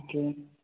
okay